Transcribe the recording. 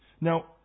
Now